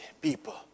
people